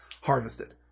harvested